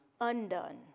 undone